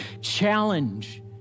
challenge